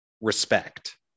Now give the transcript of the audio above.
respect